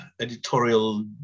editorial